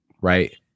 right